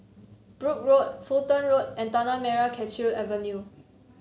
Brooke Road Fulton Road and Tanah Merah Kechil Avenue